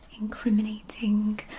incriminating